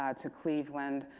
ah to cleveland,